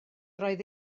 roedd